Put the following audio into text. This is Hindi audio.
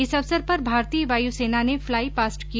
इस अवसर पर भारतीय वायु सेना ने फ्लाई पास्ट किया